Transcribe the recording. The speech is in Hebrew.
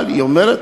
אבל היא אומרת: